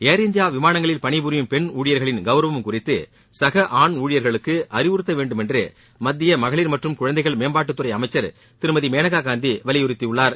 ஏர் India விமானங்களில் பணிபுரியும் பெண் ஊழியர்களின் கௌரவம் குறித்து சக ஆண் ஊழியர்களுக்கு அறிவுறுத்த வேண்டும் என்று மத்திய மகளிர் மற்றும் குழந்தைகள் மேம்பாட்டு துறை அமைச்சர் திருமதி மேனகா காந்தி வலியுறுத்தியுள்ளார்